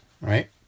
right